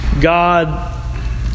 God